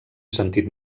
sentit